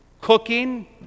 cooking